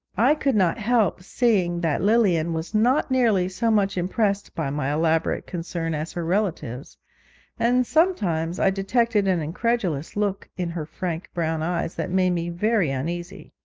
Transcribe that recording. i could not help seeing that lilian was not nearly so much impressed by my elaborate concern as her relatives and sometimes i detected an incredulous look in her frank brown eyes that made me very uneasy.